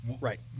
right